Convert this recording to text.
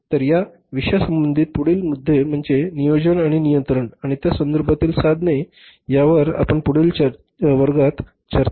तर या विषयासंबधिती पुढील मुद्दे म्हणजेच नियोजन आणि नियंत्रण आणि त्या संदर्भातील साधने यावर आपण पुढील सत्रात चर्चा करू